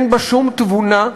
אין בה שום תבונה.